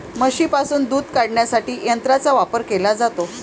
म्हशींपासून दूध काढण्यासाठी यंत्रांचा वापर केला जातो